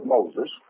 Moses